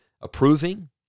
approving